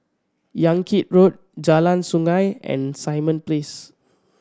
Yan Kit Road Jalan Sungei and Simon Place